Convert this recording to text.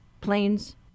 planes